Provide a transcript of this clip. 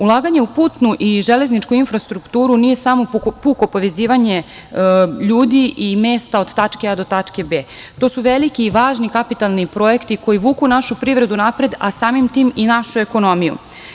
Ulaganje u putnu i železničku infrastrukturu nije samo puko povezivanje ljudi i mesta od tačke A do tačke B. To su veliki i važni kapitalni projekti koji vuku našu privredu napred, a samim tim i našu ekonomiju.